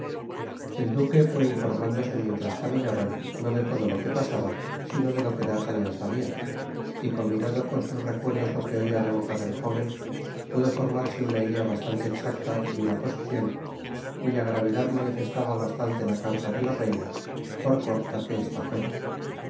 el duque fué informándose mientras caminaban no de todo lo que pasaba sino de lo que d'artagnan sabia y combinando con sus recuerdos lo que oia de boca del joven pudo formarse una idea bastante exacta de una posicion cuya gravedad manifestaba bastante la carta de la reina por corta que esta tuera